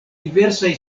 diversaj